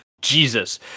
Jesus